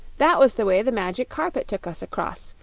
that was the way the magic carpet took us across.